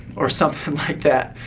or something like that.